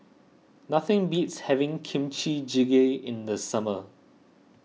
nothing beats having Kimchi Jjigae in the summer